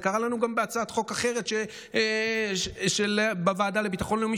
זה קרה לנו גם בהצעת חוק אחרת בוועדה לביטחון לאומי,